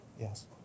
Yes